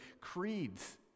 creeds